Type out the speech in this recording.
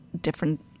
different